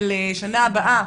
של השנה הבאה,